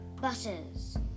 buses